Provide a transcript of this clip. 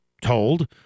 told